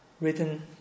written